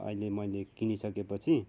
अहिले मैले किनिसकेपछि